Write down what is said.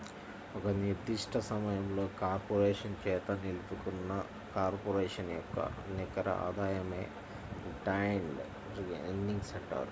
ఒక నిర్దిష్ట సమయంలో కార్పొరేషన్ చేత నిలుపుకున్న కార్పొరేషన్ యొక్క నికర ఆదాయమే రిటైన్డ్ ఎర్నింగ్స్ అంటారు